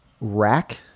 rack